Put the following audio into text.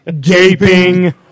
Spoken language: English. gaping